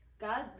god